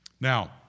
Now